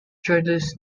journalist